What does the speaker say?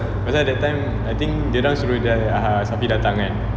pasal that time I think dorang suruh dia uh hasif datang kan